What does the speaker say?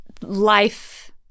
life